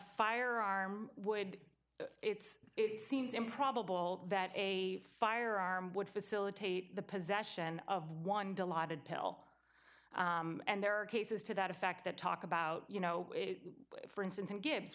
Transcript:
firearm would it seems improbable that a firearm would facilitate the possession of one dilaudid pill and there are cases to that effect that talk about you know for instance and gi